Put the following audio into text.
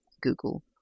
Google